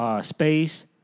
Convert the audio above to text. space